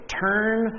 turn